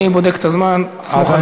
אני בודק את הזמן, סמוך עלי, הזמן כבר חלף.